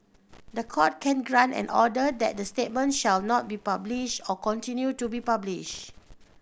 the Court can grant an order that the statement shall not be published or continue to be published